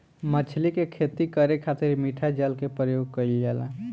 मछली के खेती करे खातिर मिठा जल के प्रयोग कईल जाला